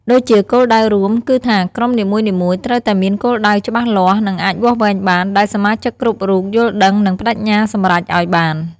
ដូចជាគោលដៅរួម គឺថាក្រុមនីមួយៗត្រូវតែមានគោលដៅច្បាស់លាស់ និងអាចវាស់វែងបាន ដែលសមាជិកគ្រប់រូបយល់ដឹង និងប្តេជ្ញាសម្រេចឱ្យបាន។